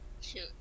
shoot